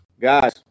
guys